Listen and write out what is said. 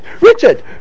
Richard